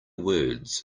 words